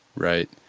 right?